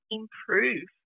improve